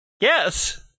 Yes